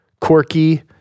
quirky